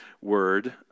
word